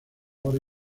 hora